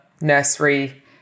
nursery